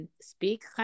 speak